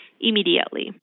immediately